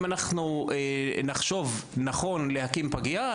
אם אנחנו נחשוב נכון להקים פגייה,